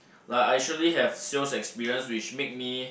like I actually have sales experience which make me